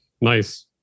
nice